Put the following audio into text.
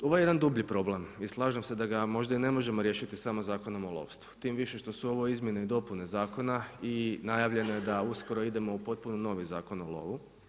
Ovo je jedan dublji problem i slažem se da ga možda i ne možemo riješiti samo Zakonom o lovstvu, tim više što su ovo izmjene i dopune zakona i najavljeno je da uskoro idemo u potpuno novi Zakon o lovu.